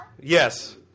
Yes